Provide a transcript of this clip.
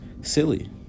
silly